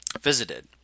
visited